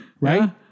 Right